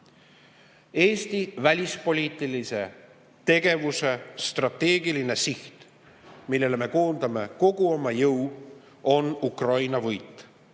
välispoliitilise tegevuse strateegiline siht, millele me koondame kogu oma jõu, on Ukraina võit.